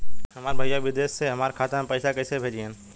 हमार भईया विदेश से हमारे खाता में पैसा कैसे भेजिह्न्न?